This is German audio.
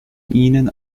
ihnen